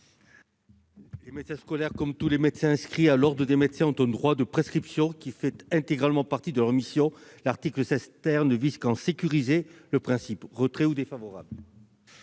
Les médecins scolaires, comme tous les médecins inscrits à l'ordre des médecins, ont un droit de prescription qui fait intégralement partie de leurs missions. L'article 16 ne vise qu'à en sécuriser le principe. Demande de retrait ou avis défavorable.